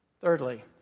Thirdly